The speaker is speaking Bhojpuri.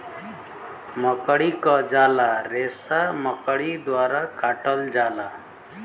मकड़ी क झाला रेसा मकड़ी द्वारा काटल जाला